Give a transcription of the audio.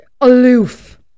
aloof